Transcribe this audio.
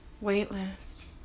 weightless